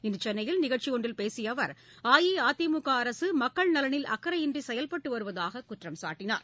இன்று சென்னையில் நிகழ்ச்சி ஒன்றில் பேசிய அவர் அஇஅதிமுக அரசு மக்கள் நலனில் அக்கறையின்றி செயல்பட்டு வருவதாக குற்றம் சாட்டினார்